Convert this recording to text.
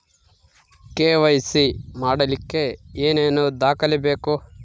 KYC ಮಾಡಲಿಕ್ಕೆ ಏನೇನು ದಾಖಲೆಬೇಕು?